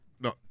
No